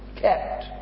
Kept